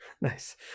Nice